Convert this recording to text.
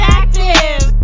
active